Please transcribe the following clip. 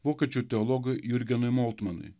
vokiečių teologui jurgenui moltmonui